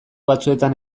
batzuetan